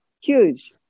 huge